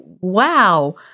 Wow